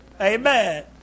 Amen